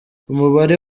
umubare